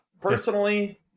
Personally